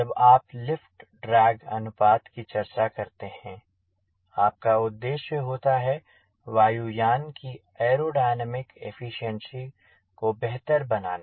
जब आप lift drag अनुपात की चर्चा करते हैं आपका उद्देश्य होता है वायु यान की एयरोडायनामिक एफिशिएंसी को बेहतर बनाना